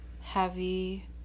heavy